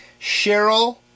Cheryl